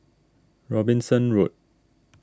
Robinson Road